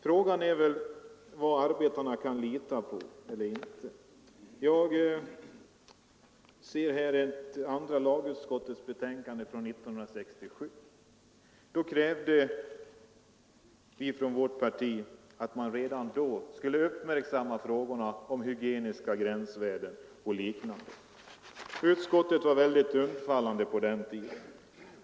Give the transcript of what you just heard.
Frågan är väl vad arbetarna kan lita på. Jag har här andra lagutskottets utlåtande från 1967. Vårt parti krävde redan då att man skulle uppmärksamma frågorna om hygieniska gränsvärden och liknande. Utskottet var väldigt undfallande på den tiden.